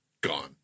gone